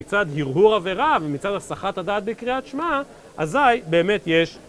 מצד הרהור עבירה ומצד הסחת הדעת בקריאת שמע, אזי באמת יש